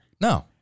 No